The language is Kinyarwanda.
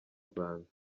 rwanda